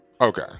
okay